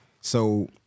So-